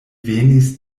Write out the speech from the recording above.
venis